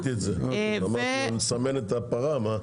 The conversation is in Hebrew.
נסמן את הפרה?